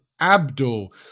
Abdul